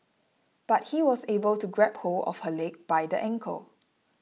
but he was able to grab hold of her leg by the ankle